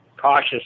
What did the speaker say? cautious